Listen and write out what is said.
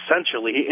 essentially